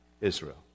Israel